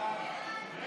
על